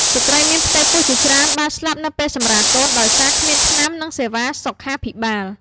ស្ត្រីមានផ្ទៃពោះជាច្រើនបានស្លាប់នៅពេលសម្រាលកូនដោយសារគ្មានថ្នាំ និងសេវាសុខាភិបាល។